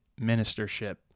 ministership